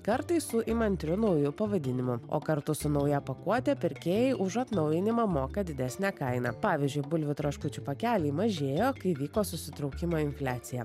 kartais su įmantriu nauju pavadinimu o kartu su nauja pakuote pirkėjai už atnaujinimą moka didesnę kainą pavyzdžiui bulvių traškučių pakeliai mažėjo kai vyko susitraukimo infliaciją